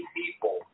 people